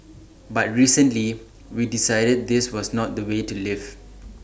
but recently we decided this was not the way to live